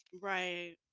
Right